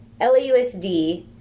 LAUSD